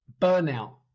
burnout